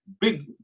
big